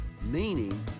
meaning